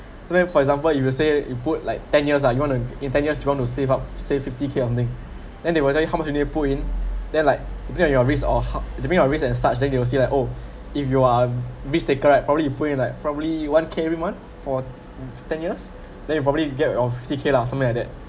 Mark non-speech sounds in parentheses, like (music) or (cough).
so then for example you will say you put like ten years ah you want to in ten years you want to save up save fifty K something then they will tell you how much you need to put in then like and then at your risk or how that's mean your risk and such then you will see like oh if you are mistaken right probably you put in like probably one K every month for (noise) ten years then you probably get around fifty K lah something like that